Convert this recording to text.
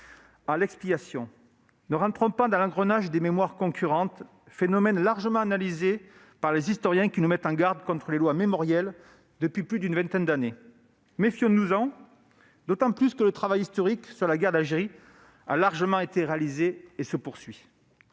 à l'expiation. N'entrons pas dans l'engrenage des mémoires concurrentes, phénomène largement analysé par les historiens, qui nous mettent en garde contre les lois mémorielles depuis une vingtaine d'années. Méfions-nous-en d'autant plus que le travail historique relatif à la guerre d'Algérie a largement été réalisé et qu'il se poursuit.